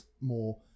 more